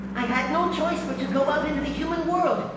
i had no choice but to go out into the human world.